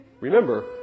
Remember